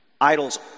Idols